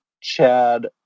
Chad